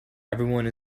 everyone